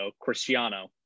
Cristiano